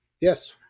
Yes